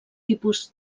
tipus